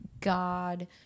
God